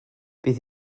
bydd